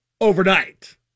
overnight